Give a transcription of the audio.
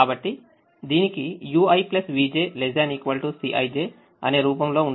కాబట్టిదీనికి ui vj ≤ Cij అనే రూపంలో ఉంటుంది